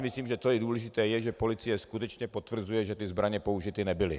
Myslím, že důležité je, že policie skutečně potvrzuje, že ty zbraně použity nebyly.